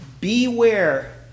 Beware